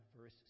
verse